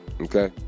Okay